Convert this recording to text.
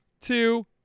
two